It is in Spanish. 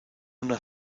una